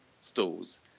stalls